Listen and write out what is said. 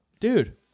dude